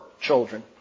children